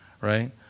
right